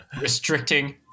Restricting